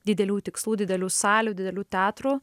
didelių tikslų didelių salių didelių teatrų